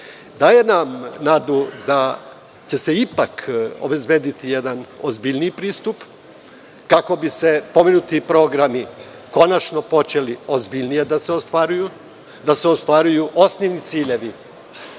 daje nam nadu da će se ipak obezbediti jedan ozbiljniji pristup, kako bi se pomenuti programi konačno počeli ozbiljnije da se ostvaruju, da se ostvaruju osnovni ciljevi